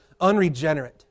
unregenerate